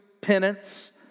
Penance